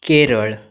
Kerala